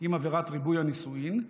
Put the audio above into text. עם עבירת ריבוי הנישואין,